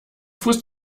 fuß